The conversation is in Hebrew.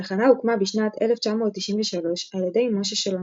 התחנה הוקמה בשנת 1993 על ידי משה שלונסקי,